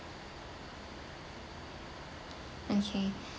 okay